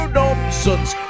nonsense